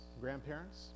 grandparents